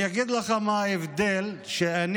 אני אגיד לך מה ההבדל שאני,